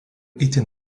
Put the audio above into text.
itin